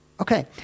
Okay